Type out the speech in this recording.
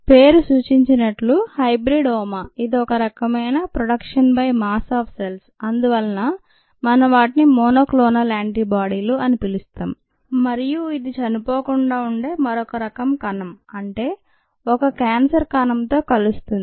పేరు సూచించినట్లు hybridoma ఇది ఒకే రకమైన protection by mass of cells అందువలన మనం వాటిని మోనోక్లోనల్ యాంటీబాడీలు అని పిలుస్తాం మరియు ఇది చనిపోకుండా ఉండే మరొక రకం కణం అంటే ఒక క్యాన్సర్ కణంతో కలుస్తుంది